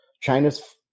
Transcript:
China's